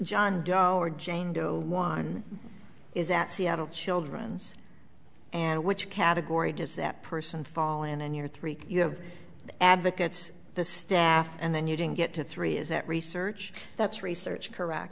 jane doe one is that seattle children's and which category does that person fall in and you're three you have advocates the staff and then you didn't get to three is that research that's research correct